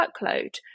workload